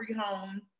home